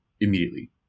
immediately